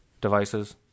devices